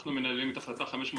אנחנו מנהלים את החלטה 550,